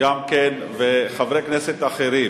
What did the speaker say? וגם חברי כנסת אחרים,